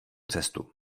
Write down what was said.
cestu